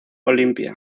olimpia